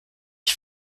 ich